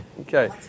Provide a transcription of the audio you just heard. Okay